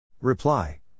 Reply